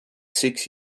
six